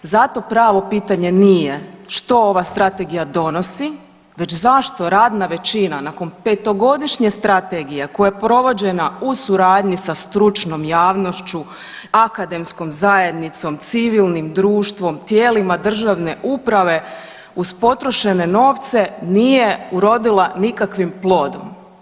Zato pravo pitanje nije što ova strategija donosi već zašto radna većina na petogodišnje strategije koja je provođena u suradnji sa stručnom javnošću, akademskom zajednicom, civilnim društvom, tijelima državne uprave uz potrošene novce nije urodila nikakvim plodom.